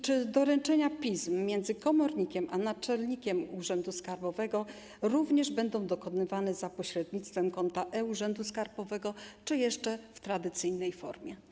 Czy doręczenia pism między komornikiem a naczelnikiem urzędu skarbowego będą dokonywane za pośrednictwem e-Urzędu Skarbowego, czy jeszcze w tradycyjnej formie?